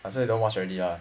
I say don't watch already ah